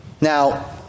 Now